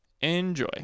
Enjoy